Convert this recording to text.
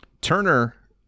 Turner